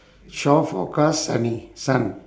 shore forecast sunny sun